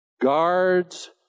guards